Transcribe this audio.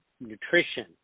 nutrition